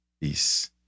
peace